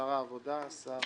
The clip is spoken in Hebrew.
שר האוצר, שר